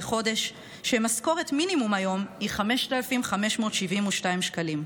ומשכורת מינימום היום היא 5,572 שקלים.